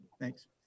Thanks